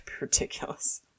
ridiculous